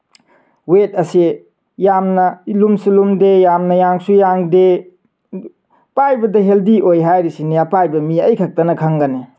weight ꯑꯁꯤ ꯌꯥꯝꯅ ꯂꯨꯝꯁꯨ ꯂꯨꯝꯗꯦ ꯌꯥꯝꯅ ꯌꯥꯡꯁꯨ ꯌꯥꯡꯗꯦ ꯄꯥꯏꯕꯗ ꯍꯦꯜꯗꯤ ꯑꯣꯏ ꯍꯥꯏꯔꯤꯁꯤꯅꯤ ꯑꯄꯥꯏꯕ ꯃꯤ ꯑꯩ ꯈꯛꯇꯅ ꯈꯪꯒꯅꯤ